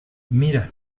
mira